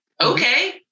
okay